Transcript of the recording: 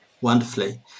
wonderfully